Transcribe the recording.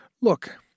Look